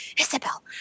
Isabel